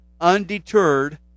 undeterred